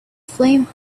flame